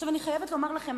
אני חייבת לומר לכם,